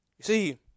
see